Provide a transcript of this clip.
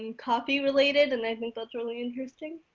and copy related. and i think that's really interesting.